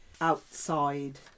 outside